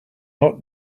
not